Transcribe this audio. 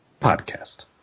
podcast